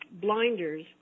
blinders